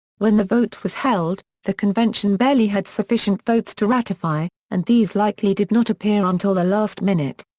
when the vote was held, the convention barely had sufficient votes to ratify, and these likely did not appear until the last minute.